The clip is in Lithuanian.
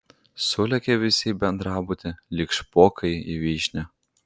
sulėkė visi į bendrabutį lyg špokai į vyšnią